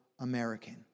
American